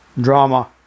Drama